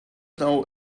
know